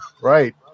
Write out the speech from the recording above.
Right